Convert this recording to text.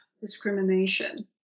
discrimination